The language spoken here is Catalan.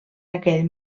aquell